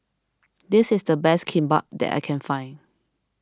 this is the best Kimbap that I can find